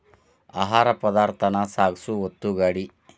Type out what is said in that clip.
ಆಹಾರ ಪದಾರ್ಥಾನ ಸಾಗಸು ಒತ್ತುಗಾಡಿ